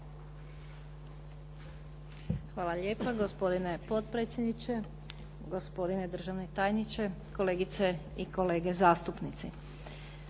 Hvala lijepa. Gospodine potpredsjedniče, gospodine državni tajniče, kolegice i kolege zastupnici.